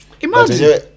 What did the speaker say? imagine